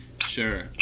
Sure